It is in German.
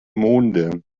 monde